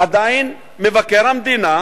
עדיין מבקר המדינה